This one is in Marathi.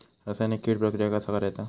रासायनिक कीड प्रक्रिया कसा करायचा?